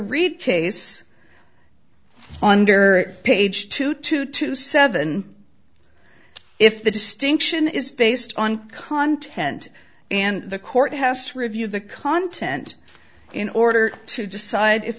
case under page two two two seven if the distinction is based on content and the court has reviewed the content in order to decide if